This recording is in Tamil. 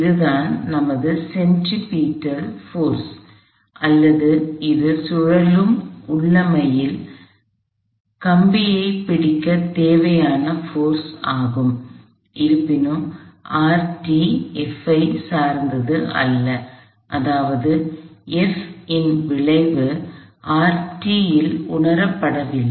அதுதான் நமது சென்ட்ரிபெடல் போர்ஸ் மையவிலக்கு விசை அல்லது அது சுழலும் உள்ளமைவில் கம்பியைப் பிடிக்கத் தேவையான போர்ஸ் ஆகும் இருப்பினும் F ஐச் சார்ந்து இல்லை அதாவது F இன் விளைவு இல் உணரப்படவில்லை